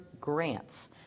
grants